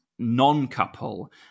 non-couple